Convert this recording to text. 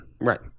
Right